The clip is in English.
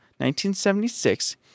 1976